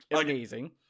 amazing